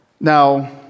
Now